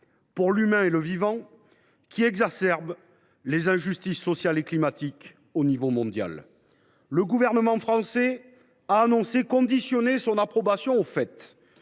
pour l’humain et le vivant, qui exacerbe les injustices sociales et climatiques à l’échelle mondiale. Le gouvernement français a annoncé conditionner son approbation à